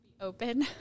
open